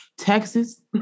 Texas